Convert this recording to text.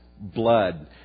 blood